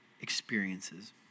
experiences